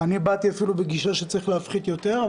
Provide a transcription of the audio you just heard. אני באתי אפילו בגישה שצריך להפחית יותר.